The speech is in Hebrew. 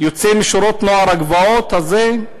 יוצא משורות נוער הגבעות הזה?